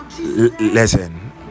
listen